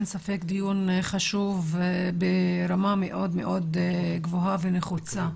אין ספק שזה דיון חשוב ברמה מאוד גבוהה ונחוצה.